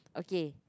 okay